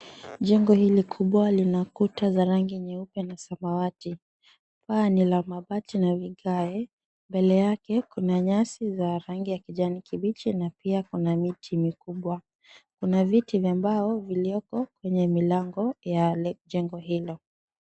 Jengo hili kubwa lina kuta za rangi nyeupe na samawati. Paa ni la mabati na vigae. Mbele yake kuna nyasi ya kijani kibichi na pia kuna miti mikubwa. Kuna viti vya mbao vimewekwa kwenye milango ya jengo hilo.